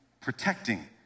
protecting